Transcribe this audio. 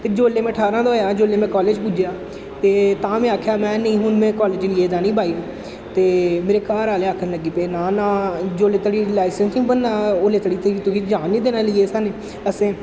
ते जेल्लै में ठारां दा होएआ जेल्लै में कालज पुज्जेआ ते तां में आखेआ महैं नेईं हून में कालज लेइयै जानी बाइक ते मेरे घर आह्ले आखन लग्गी पे ना ना जेल्लै धोड़ी लाइसैंस निं बनना ओल्लै धोड़ी ते तुगी जान निं देना लेइयै असां ने असें